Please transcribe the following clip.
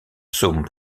psaumes